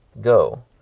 go